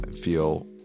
feel